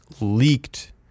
leaked